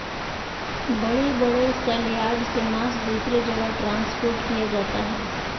बड़े बड़े सलयार्ड से मांस दूसरे जगह ट्रांसपोर्ट किया जाता है